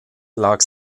lag